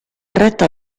retta